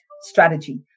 strategy